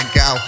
go